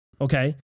Okay